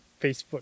Facebook